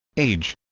age